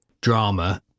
drama